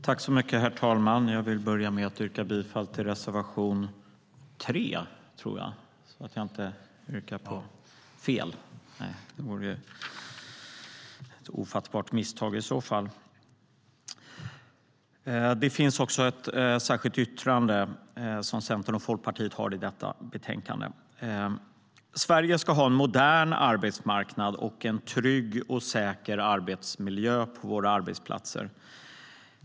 Herr talman! Jag vill börja med att yrka bifall till reservation 3. Centern och Folkpartiet har också ett särskilt yttrande i betänkandet. Sverige ska ha en modern arbetsmarknad och en trygg och säker arbetsmiljö på våra arbetsplatser.